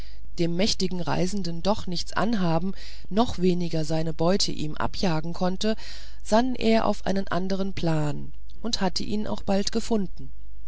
dem mächtigen reisenden doch nichts anhaben noch weniger seine beute ihm abjagen konnte sann er auf einen andern plan und hatte ihn auch bald gefunden